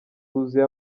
rwuzuye